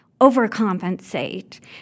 overcompensate